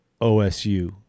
OSU